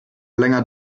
länger